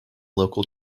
local